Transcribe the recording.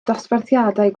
dosbarthiadau